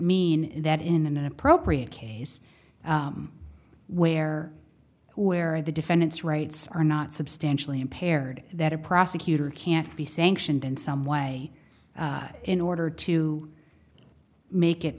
mean that in an appropriate case where where the defendant's rights are not substantially impaired that a prosecutor can't be sanctioned in some way in order to make it